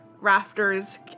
rafters